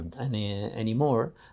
anymore